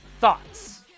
Thoughts